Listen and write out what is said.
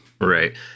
right